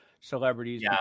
celebrities